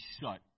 shut